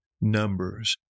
numbers